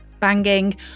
Banging